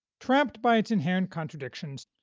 trapped by its inherent contradictions,